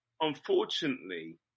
unfortunately